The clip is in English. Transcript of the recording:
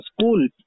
school